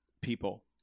people